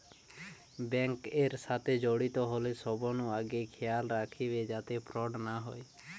bank এর সাথে জড়িত হলে সবনু আগে খেয়াল রাখবে যাতে ফ্রড না হয়